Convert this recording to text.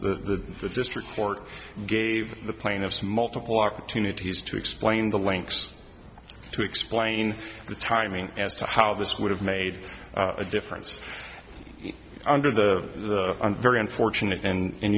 the district court gave the plaintiffs multiple opportunities to explain the links to explain the timing as to how this would have made a difference under the very unfortunate and